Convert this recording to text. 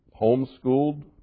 homeschooled